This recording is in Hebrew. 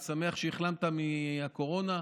אני שמח שהחלמת מהקורונה.